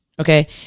Okay